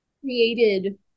created